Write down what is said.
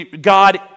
God